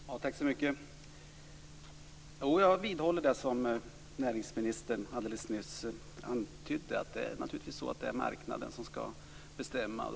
Fru talman! Jag håller med om det som näringsministern alldeles nyss antydde: Naturligtvis är det marknaden som skall bestämma.